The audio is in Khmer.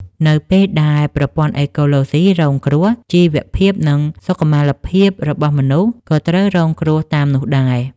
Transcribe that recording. នៅពេលដែលប្រព័ន្ធអេកូឡូស៊ីរងគ្រោះ ជីវភាព និងសុខុមាលភាពរបស់មនុស្សក៏ត្រូវរងគ្រោះតាមនោះដែរ។